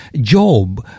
Job